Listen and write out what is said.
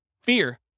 Fear